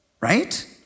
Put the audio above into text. right